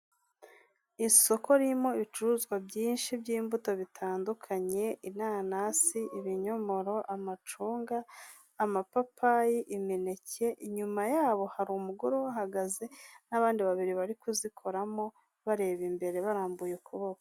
Isoko ririmo ibicuruzwa byinshi by'imbuto bitandukanye, inanasi, ibinyomoro, amacunga, amapapayi, imineke, inyuma yabo hari umugore uhahagaze n'abandi babiri bari kuzikoramo, bareba imbere, barambuye ukuboko.